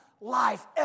life